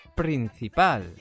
principal